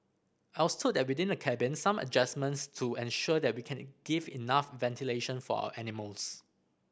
I was told that within the cabin some adjustments to ensure that we can give enough ventilation for our animals